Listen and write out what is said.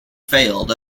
failed